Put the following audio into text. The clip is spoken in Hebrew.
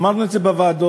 אמרנו את זה בוועדות,